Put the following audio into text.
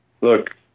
look